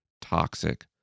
toxic